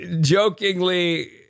jokingly